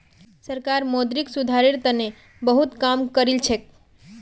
सरकार मौद्रिक सुधारेर तने बहुत काम करिलछेक